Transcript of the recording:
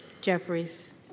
Jeffries